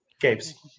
Gabe's